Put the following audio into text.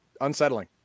unsettling